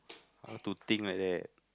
how to think like that